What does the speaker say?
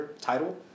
title